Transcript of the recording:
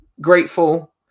grateful